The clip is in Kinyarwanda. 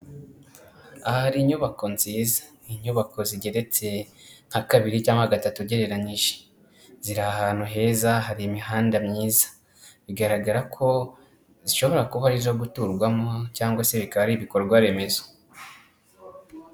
Aha hari inyubako nziza, inyubako zigeretse nka kabiri cyangwa gatatu ugereranyije. Ziri ahantu heza hari imihanda myiza, bigaragara ko zishobora kuba arizo guturwamo cyangwa se bikaba ari ibikorwa remezo.